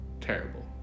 terrible